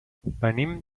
venim